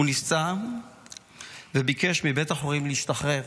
הוא נפצע וביקש מבית החולים להשתחרר.